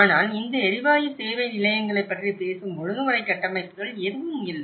ஆனால் இந்த எரிவாயு சேவை நிலையங்களைப் பற்றி பேசும் ஒழுங்குமுறை கட்டமைப்புகள் எதுவும் இல்லை